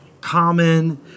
common